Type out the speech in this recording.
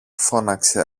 φώναξε